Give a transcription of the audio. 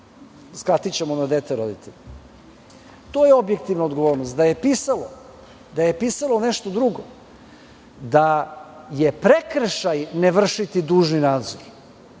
kazniće se roditelj". To je objektivna odgovornost. Da je pisalo nešto drugo, da je prekršaj nevršiti dužni nadzor